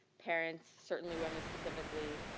parents, certainly women specifically,